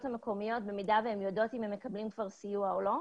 המקומיות במידה והן יודעות אם הוא מקבל סיוע או לא,